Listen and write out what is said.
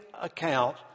account